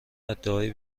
ادعای